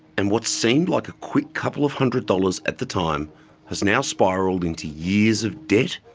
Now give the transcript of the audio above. and what seemed like a quick couple of hundred dollars at the time has now spiralled into years of debt,